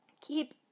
keep